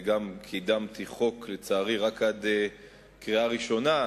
קידמתי חוק רק עד קריאה ראשונה,